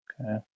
Okay